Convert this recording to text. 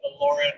Lauren